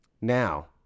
Now